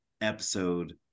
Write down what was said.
episode